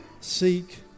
seek